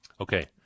Okay